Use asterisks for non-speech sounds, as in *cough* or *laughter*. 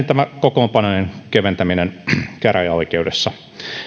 *unintelligible* tämä kokoonpanojen keventäminen käräjäoikeudessa